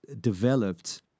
developed